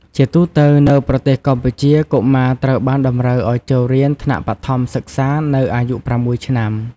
ជាទូទៅ នៅប្រទេសកម្ពុជាកុមារត្រូវបានតម្រូវឲ្យចូលរៀនថ្នាក់បឋមសិក្សានៅអាយុ ៦ឆ្នាំ។